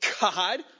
God